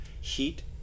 heat